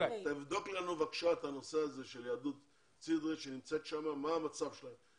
תבדוק לנו בבקשה את הנושא הזה של יהדות טיגרין שנמצאת שם ומה המצב שלה.